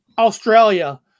australia